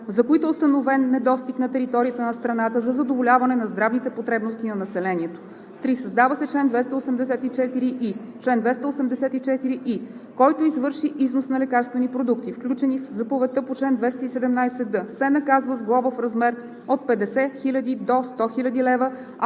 за които е установен недостиг на територията на страната за задоволяване на здравните потребности на населението.“ 3. Създава се чл. 284и: „Чл. 284и. Който извърши износ на лекарствени продукти, включени в заповедта по чл. 217д, се наказва с глоба в размер от 50 000 до 100 000 лв.,